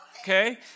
Okay